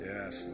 Yes